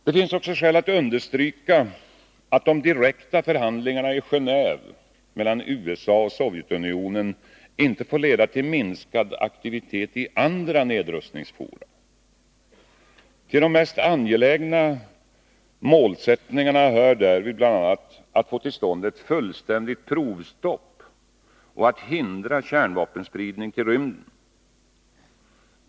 Det finns också skäl att understryka att de direkta förhandlingarna i Geneve mellan USA och Sovjetunionen inte får leda till minskad aktivitet i andra nedrustningsfora. Till de mest angelägna målsättningarna hör därvid bl.a. att få till stånd ett fullständigt provstopp och att hindra kärnvapenspridning till rymden.